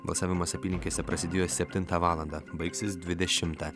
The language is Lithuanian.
balsavimas apylinkėse prasidėjo septintą valandą baigsis dvidešimtą